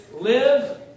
live